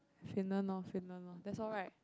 Finland lor Finland lor that's all right